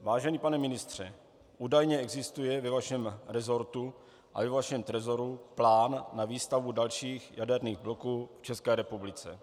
Vážený pane ministře, údajně existuje ve vašem resortu a ve vašem trezoru plán na výstavbu dalších jaderných bloků v České republice.